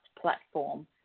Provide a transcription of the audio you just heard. platform